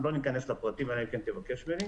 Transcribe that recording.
לא ניכנס לפרטים אלא אם כן תבקש ממני